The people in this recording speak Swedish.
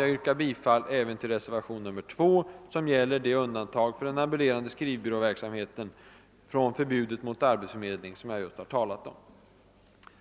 Jag yrkar bifall även till reservation II, som går ut på att den ambulerande skrivbyråverksamheten skall undantas från förbudet mot enskild arbetsförmedling i förvärvssyfte.